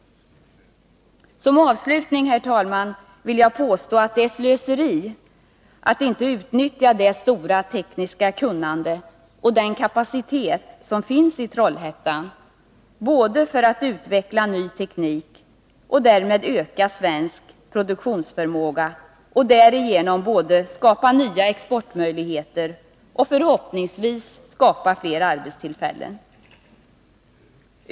Herr talman! Till slut vill jag understryka att det är slöseri att inte utnyttja det stora tekniska kunnande och den kapacitet som finns i Trollhättan när det gäller att utveckla ny teknik och därmed öka svensk produktionsförmåga. Därigenom skulle skapas både nya exportmöjligheter och, förhoppningsvis, flera arbetstillfällen.